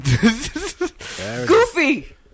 Goofy